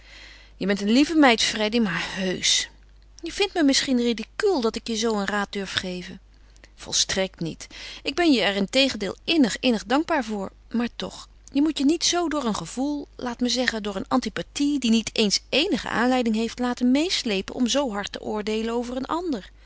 je bent een lieve meid freddy maar heusch je vindt me misschien ridicuul dat ik je zoo een raad durf geven volstrekt niet ik ben je er integendeel innig innig dankbaar voor maar toch je moet je niet zoo door een gevoel laat me zeggen door een antipathie die niet eens eenige aanleiding heeft laten meêsleepen om zoo hard te oordeelen over een ander